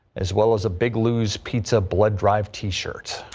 as well as a big lou's pizza blood drive t-shirt.